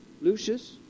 Lucius